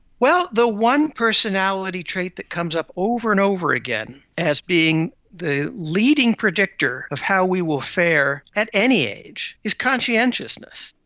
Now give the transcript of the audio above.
well, the one personality trait that comes up over and over again as being the leading predictor of how we will fare at any age is conscientiousness.